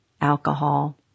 alcohol